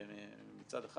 מצד אחד.